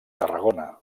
tarragona